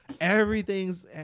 everything's